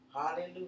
Hallelujah